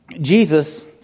Jesus